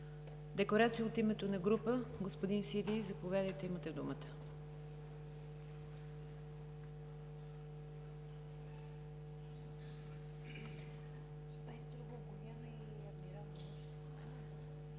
Декларация от името на група – господин Сиди. Заповядайте, имате думата.